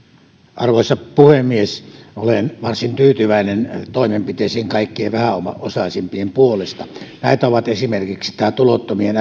arvoisa puhemies olen varsin tyytyväinen toimenpiteisiin kaikkein vähäosaisimpien puolesta näitä ovat esimerkiksi tulottomien